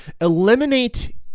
eliminate